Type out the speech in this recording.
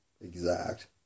exact